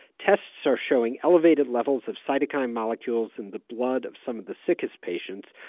tests are showing elevated levels of cytokine molecules in the blood of some of the sickest patients,